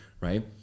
right